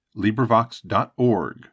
LibriVox.org